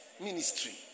ministry